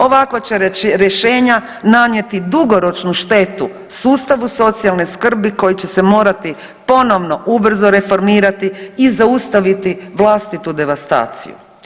Ovakva će rješenja nanijeti dugoročnu štetu sustavu socijalne skrbi koji će se morati ponovno ubrzo reformirati i zaustaviti vlastitu devastaciju.